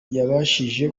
yabashije